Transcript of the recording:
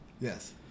Yes